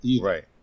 Right